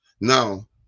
now